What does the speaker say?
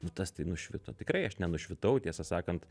nu tas tai nušvito tikrai aš nenušvitau tiesą sakant